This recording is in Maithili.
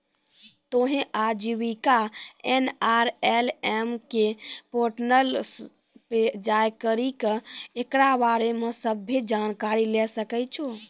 तोहें आजीविका एन.आर.एल.एम के पोर्टल पे जाय करि के एकरा बारे मे सभ्भे जानकारी लै सकै छो